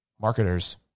marketers